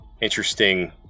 interesting